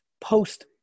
post